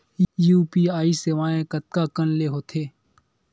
UPI सेवाएं कतका कान ले हो थे?